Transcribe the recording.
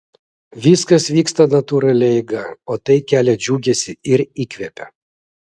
viskas vyksta natūralia eiga o tai kelia džiugesį ir įkvepia